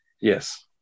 Yes